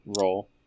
roll